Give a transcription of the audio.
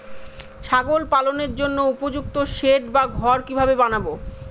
ছাগল পালনের জন্য উপযুক্ত সেড বা ঘর কিভাবে বানাবো?